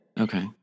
okay